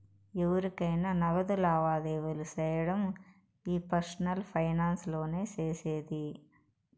ఎవురికైనా నగదు లావాదేవీలు సేయడం ఈ పర్సనల్ ఫైనాన్స్ లోనే సేసేది